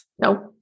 No